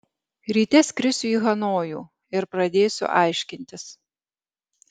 ryte skrisiu į hanojų ir pradėsiu aiškintis